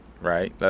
right